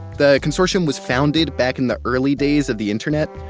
the consortium was founded back in the early days of the internet,